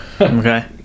okay